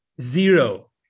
Zero